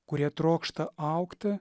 kurie trokšta augti